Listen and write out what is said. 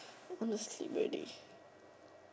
I want to sleep already